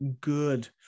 good